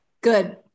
good